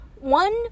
one